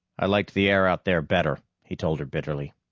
i liked the air out there better, he told her bitterly.